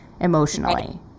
emotionally